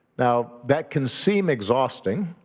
now that can seem exhausting